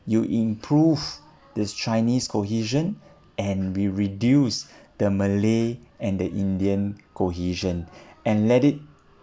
you improve this chinese cohesion and we reduce the malay and the indian cohesion and let it